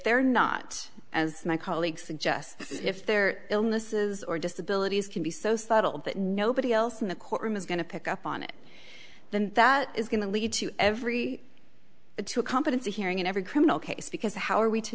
they're not as my colleague suggests if their illnesses or disabilities can be so subtle that nobody else in the courtroom is going to pick up on it then that is going to lead to every a to a competency hearing in every criminal case because how are we to